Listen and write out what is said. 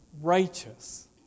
righteous